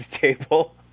table